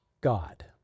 God